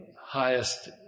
highest